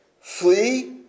Flee